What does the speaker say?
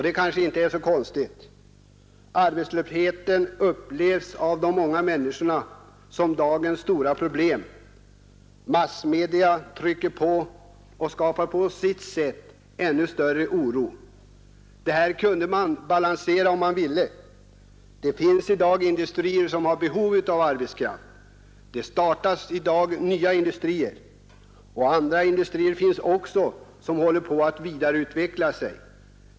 Det kanske inte är så konstigt. Arbetslösheten upplevs av de många människorna som dagens stora problem. Massmedia trycker på och skapar på sitt sätt ännu större oro. Detta kunde man balansera om man ville. Det finns i dag industrier som har behov av arbetskraft. Det startas nya industrier och andra industrier finns som håller på att vidareutvecklas.